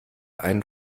einen